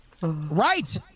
Right